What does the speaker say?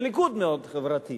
וליכוד מאוד חברתי,